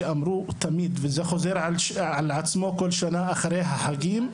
שאמרו תמיד וזה חוזר על עצמו בכל שנה אחרי החגים,